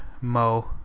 mo